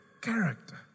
character